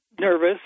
nervous